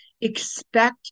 Expect